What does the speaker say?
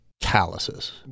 calluses